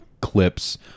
clips